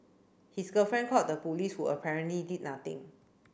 his girlfriend called the police who apparently did nothing